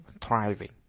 thriving